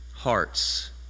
Hearts